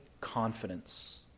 confidence